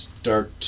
start